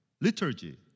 liturgy